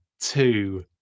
two